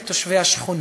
לתושבי השכונה.